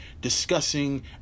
discussing